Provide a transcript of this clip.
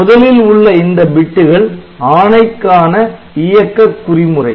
முதலில் உள்ள இந்த பிட்டுகள் ஆணைக்கான இயக்க குறிமுறை